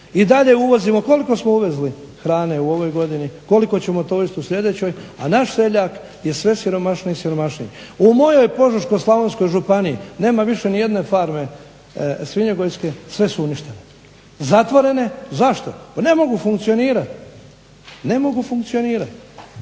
I dalje uvozimo, koliko smo uvezli hrane u ovoj godini, koliko ćemo to uvesti u slijedećoj, a naš seljak je sve siromašniji i siromašniji. U mojoj Požeško-slavonskoj županiji nema više niti jedne farme svinjogojske, sve su uništene, zatvorene. Zašto, pa ne mogu funkcionirati, ne mogu funkcionirati